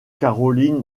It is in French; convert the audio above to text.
caroline